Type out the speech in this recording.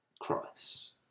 Christ